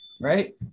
Right